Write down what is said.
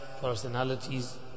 personalities